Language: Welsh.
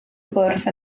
bwrdd